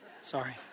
Sorry